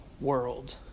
world